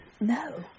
No